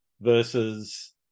versus